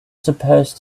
supposed